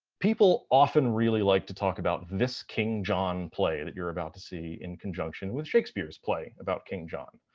people often really like to talk about this king john play that you're about to see in conjunction with shakespeare's play about king john.